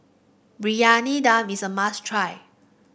Briyani Dum is a must try